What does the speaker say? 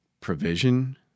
provision